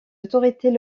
autorités